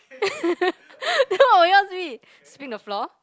then what you want to ask me sweeping the floor